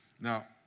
Now